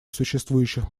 существующих